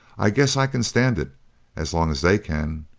i guess i can stand it as long as they can.